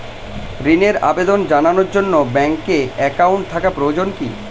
ঋণের আবেদন জানানোর জন্য ব্যাঙ্কে অ্যাকাউন্ট থাকা প্রয়োজন কী?